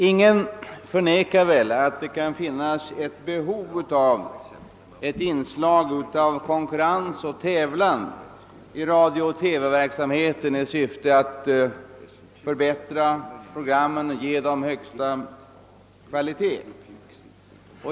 Ingen förnekar väl att det kan finnas behov av ett inslag av konkurrens och tävlan i radiooch TV verksamheten i syfte att förbättra programmen och ge dem högsta kvalitet.